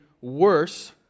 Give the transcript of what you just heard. worse